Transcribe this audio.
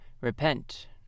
repent